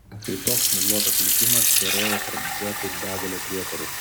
kai toks miglotas likimas keroja tarp zekų begalė prietarų